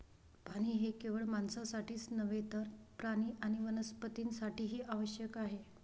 पाणी हे केवळ माणसांसाठीच नव्हे तर प्राणी आणि वनस्पतीं साठीही आवश्यक आहे